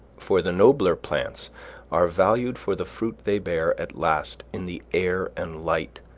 for the nobler plants are valued for the fruit they bear at last in the air and light,